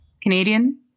Canadian